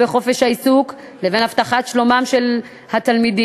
בחופש העיסוק לבין הבטחת שלומם של התלמידים.